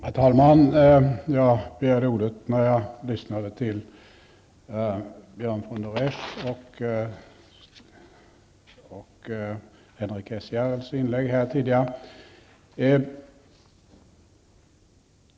Herr talman! Jag begärde ordet när jag lyssnade till Björn von der Esch och Henrik S Järrels inlägg här tidigare.